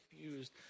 confused